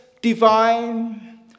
Divine